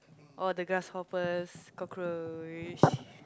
all the grasshoppers cockroach